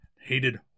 hated